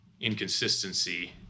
inconsistency